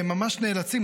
הם ממש נאלצים,